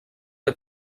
que